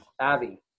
Abby